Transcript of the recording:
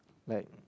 like